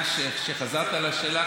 כשחזרת לכיוון של השאלה,